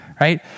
right